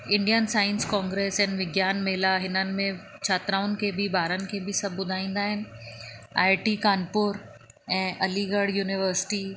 Indian science congress आहिनि विज्ञान मेला हिननि में छात्राउनि खे बि ॿारनि खे बि सभु ॿुधाईंदा आहिनि आई टी कानपुर ऐं अलीगढ़ यूनिवर्सिटी